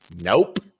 nope